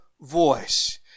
voice